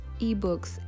ebooks